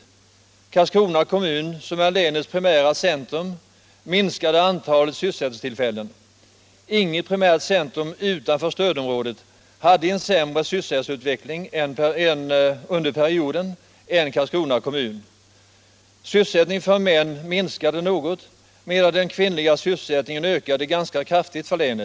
I Karlskrona kommun, som är länets primära centrum, minskade antalet sysselsättningstillfällen. Inget primärt centrum utanför stödområdet hade en sämre sysselsättningsutveckling under den angivna perioden än Karlskrona kommun. Sysselsättningen för män minskade något, medan sysselsättningen för kvinnor ökade ganska kraftigt.